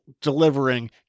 delivering